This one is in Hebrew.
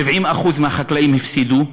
70% מהחקלאים הפסידו.